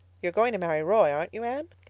you're going to marry roy, aren't you, anne?